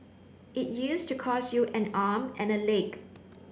it used to cost you an arm and a leg